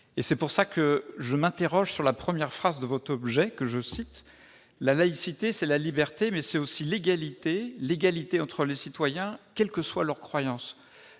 raisons pour lesquelles je m'interroge sur la première phrase de l'objet de votre amendement :« La laïcité, c'est la liberté, mais c'est aussi l'égalité, l'égalité entre les citoyens quelle que soit leur croyance. »